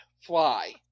fly